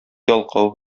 ялкау